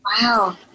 Wow